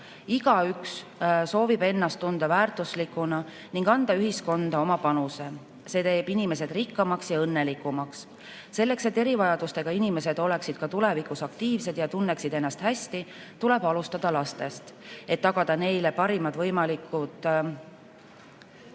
Igaüks soovib ennast tunda väärtuslikuna ning anda ühiskonda oma panuse. See teeb inimesed rikkamaks ja õnnelikumaks. Selleks, et erivajadustega inimesed oleksid ka tulevikus aktiivsed ja tunneksid ennast hästi, tuleb alustada lastest, et tagada neile parimad võimalused